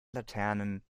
laternen